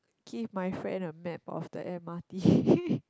give my friend the map of the m_r_t